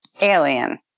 Alien